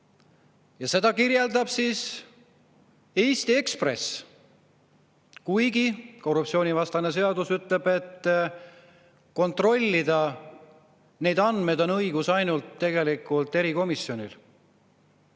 Ja seda kirjeldab Eesti Ekspress, kuigi korruptsioonivastane seadus ütleb, et kontrollida neid andmeid on õigus ainult erikomisjonil.